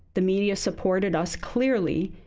the media supported us clearly,